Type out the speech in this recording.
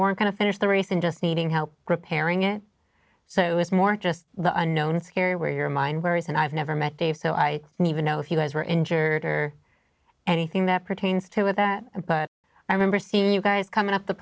weren't going to finish the race and just needing help repairing it so it's more just the unknown area where your mind varies and i've never met dave so i even know if you guys were injured or anything that pertains to that and but i remember seeing you guys coming up the